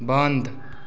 बंद